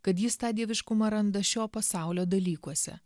kad jis tą dieviškumą randa šio pasaulio dalykuose